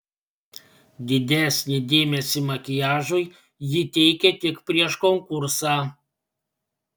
didesnį dėmesį makiažui ji teikė tik prieš konkursą